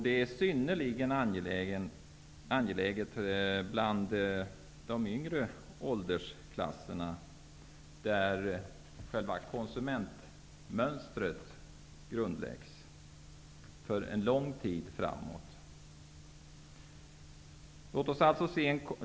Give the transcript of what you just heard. Det är synnerligen angeläget bland de yngre åldersklasserna där konsumentmönstret grundläggs för en lång tid framöver.